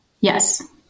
Yes